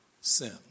sin